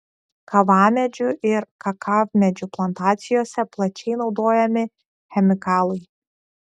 kavamedžių ir kakavmedžių plantacijose plačiai naudojami chemikalai